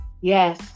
Yes